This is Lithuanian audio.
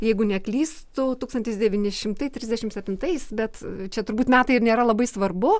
jeigu neklystu tūkstantis devyni šimtai trisdešim septintais bet čia turbūt metai ir nėra labai svarbu